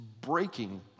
breaking